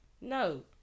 No